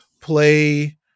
play